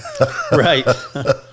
Right